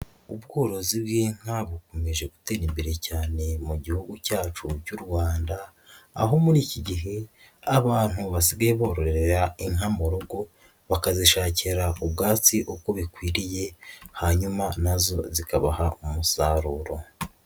Ubworozi bw'inka bukomeje gutera imbere cyane mu gihugu cyacu cy'u Rwanda aho muri iki gihe abantu basigaye bororera inka mu rugo bakazishakira ku ubwatsi uko bikwiriye hanyuma na zo zikabaha umusaruro.